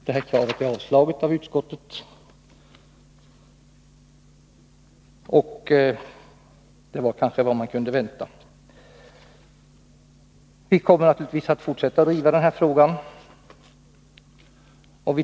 Utskottet har avstyrkt vårt krav, och det var kanske vad man kunde vänta sig. Vi kommer naturligtvis att fortsätta att driva frågan.